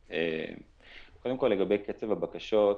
לגבי קצב הבקשות.